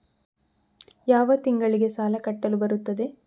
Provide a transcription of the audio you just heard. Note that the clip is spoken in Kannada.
ಯಾವ ತಿಂಗಳಿಗೆ ಸಾಲ ಕಟ್ಟಲು ಬರುತ್ತದೆ?